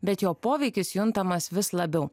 bet jo poveikis juntamas vis labiau